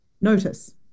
notice